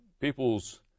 people's